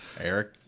Eric